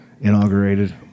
inaugurated